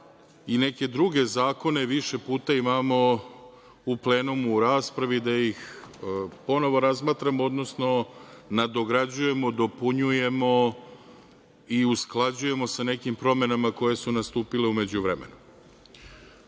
i neke druge zakone više puta imamo u plenumu u raspravi i da ih ponovo razmatramo, odnosno nadograđujemo, dopunjujemo i usklađujemo sa nekim promenama koje su nastupile u